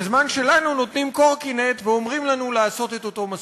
בזמן שלנו נותנים קורקינט ואומרים לנו לעשות את אותו מסלול.